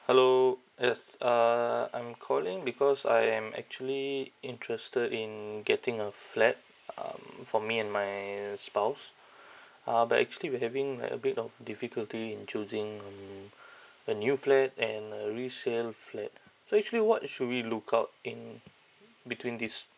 hello yes uh I'm calling because I am actually interested in getting a flat um for me and my spouse uh but actually we having like a bit of difficulty in choosing um a new flat and a resale flat so actually what should we look out in between these